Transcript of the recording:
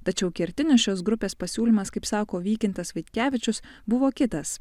tačiau kertinis šios grupės pasiūlymas kaip sako vykintas vaitkevičius buvo kitas